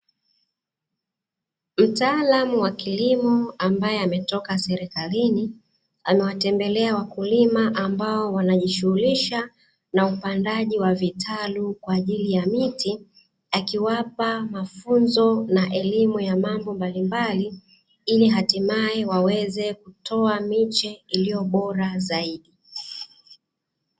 Mtaalamu wa kilimo ambaye ametoka serikalini, amewatembelea wakulima ambao wanajishugulisha na upandaji wa vitalu kwa ajili ya miti, akiwapa mafunzo na elimu ya mambo mbalimbali ili hatimaye waweze kutoa miche iliyo bora zaidi.